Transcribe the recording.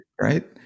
right